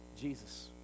Jesus